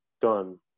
done